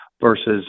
versus